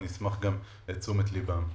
ואשמח גם לתשומת ליבם.